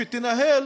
שתנהל